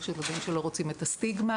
יש ילדים שלא רוצים את הסטיגמה.